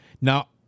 Now